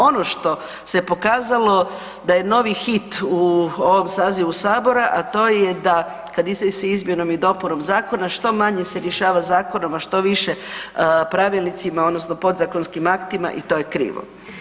Ono što se pokazalo da je novi hit u ovom sazivu sabora, a to je da kad idete s izmjenom i dopunom zakona što manje se rješava zakonom, a što više pravilnicima odnosno podzakonskim aktima i to je krivo.